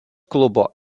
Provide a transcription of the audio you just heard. klubo